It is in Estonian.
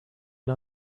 või